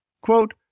Quote